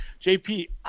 JP